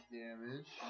damage